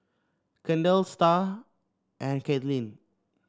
Kendal Star and Katlynn